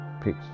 Peace